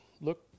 look